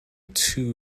two